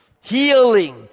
healing